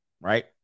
right